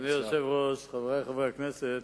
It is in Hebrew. אדוני היושב-ראש, חברי חברי הכנסת,